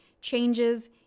changes